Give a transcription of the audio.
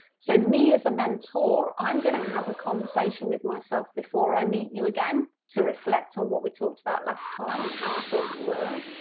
so me as a mentor, i'm going to have a conversation with myself before i meet you again, to reflect on what we talked about last time and how i thought you were.